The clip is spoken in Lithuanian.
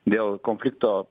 dėl konflikto